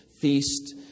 feast